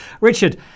Richard